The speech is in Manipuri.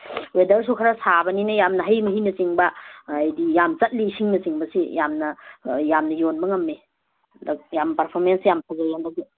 ꯋꯦꯗꯔꯁꯨ ꯈꯔꯥ ꯁꯥꯕꯅꯤꯅ ꯌꯥꯝꯅ ꯍꯩ ꯃꯍꯤꯅꯥ ꯆꯤꯡꯕ ꯍꯥꯏꯕꯗꯤ ꯌꯥꯝ ꯆꯠꯂꯤ ꯏꯁꯤꯡꯅ ꯆꯤꯡꯕꯁꯦ ꯌꯥꯝꯅ ꯌꯥꯝꯅ ꯌꯣꯟꯕ ꯉꯝꯃꯤ ꯍꯟꯗꯛ ꯌꯥꯝ ꯄꯥꯔꯐꯣꯔꯃꯦꯟꯁ ꯌꯥꯝ ꯐꯖꯩ ꯍꯟꯗꯛꯇꯤ